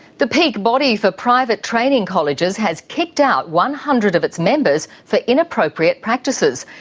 the peak body for private training colleges has kicked out one hundred of its members for inappropriate practices.